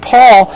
Paul